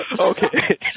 Okay